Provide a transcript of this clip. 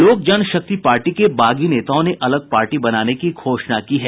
लोक जनशक्ति पार्टी के बागी नेताओं ने अलग पार्टी बनाने की घोषणा की है